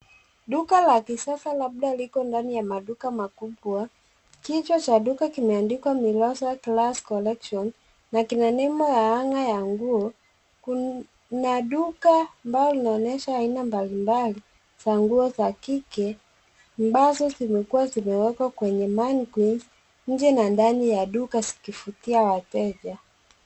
Duka la kisasa labda liko ndani ya maduka makubwa. Kichwa cha duka kimeandikwa Mirosa Classy Collections, na kina nembo ya hanger ya nguo. Kuna duka ambalo linaonyesha aina mbalimbali za nguo za kike ambazo zimekuwa zimewekwa kwenye mannequins nje ya ndani ya duka zikivutia wateja.